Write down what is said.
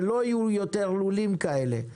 ולא יהיו יותר לולים כאלה.